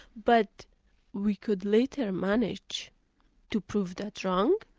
but we could later manage to prove that wrong,